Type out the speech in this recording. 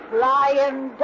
Flying